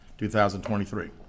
2023